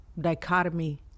Dichotomy